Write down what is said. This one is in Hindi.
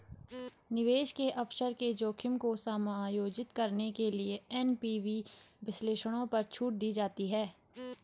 निवेश के अवसर के जोखिम को समायोजित करने के लिए एन.पी.वी विश्लेषणों पर छूट दी जाती है